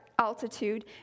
altitude